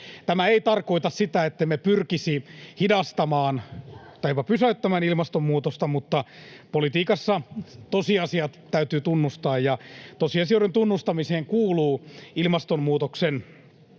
Tämä ei tarkoita sitä, ettemme pyrkisi hidastamaan tai jopa pysäyttämään ilmastonmuutosta, mutta politiikassa tosiasiat täytyy tunnustaa. Tosiasioiden tunnustamiseen kuuluu ilmastonmuutokseen